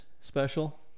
special